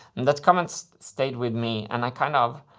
and that comment stayed with me and i kind of.